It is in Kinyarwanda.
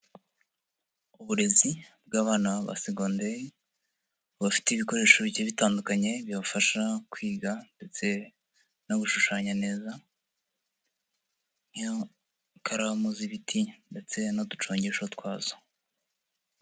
Uburezi bw'abana ba segonderi, bafite ibikoresho bike bitandukanye bibafasha kwiga ndetse no gushushanya neza, nk'ikaramu z'ibiti ndetse n'uducungesho twazo.